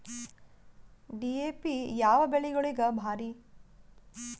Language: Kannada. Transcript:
ಡಿ.ಎ.ಪಿ ಯಾವ ಬೆಳಿಗೊಳಿಗ ಭಾರಿ?